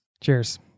Cheers